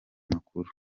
makuru